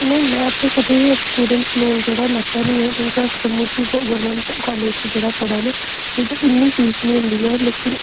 नेईं में ते कदें स्टूडेंट्स लोन जेह्ड़ा लैता निं ऐ क्योंकि अस जम्मू च गौरमेंट काॅलेज च जेह्ड़ा पढ़ा ने ते उस च इ'न्नी फीस निं होंदी ऐ लेकिन